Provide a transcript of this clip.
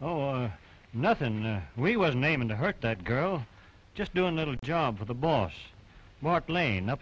oh nothing we was naming to hurt that girl just doing a little job for the boss mark lane up